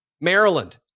Maryland